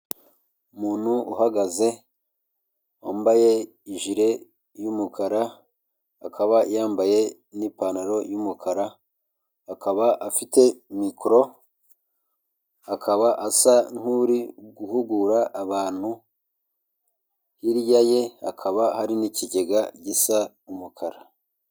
Umuntu uhagaze wambaye ijire y'umukara akaba yambaye n'ipantaro y'umukara, akaba afite mikoro, akaba asa nkuri guhugura abantu, hirya ye hakaba hari n'ikigega gisa umukara.